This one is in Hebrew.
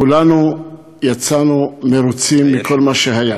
כולנו יצאנו מרוצים מכל מה שהיה.